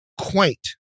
quaint